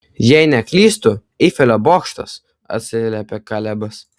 jei neklystu eifelio bokštas atsiliepė kalebas